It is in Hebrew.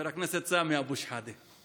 חבר הכנסת סמי אבו שחאדה.